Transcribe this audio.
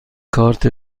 کارت